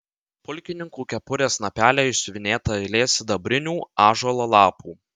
pulkininkų kepurės snapelyje išsiuvinėta eilė sidabrinių ąžuolo lapų